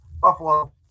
Buffalo